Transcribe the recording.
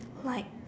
like